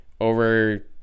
over